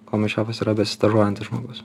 komių šefas yra besistažuojantis žmogus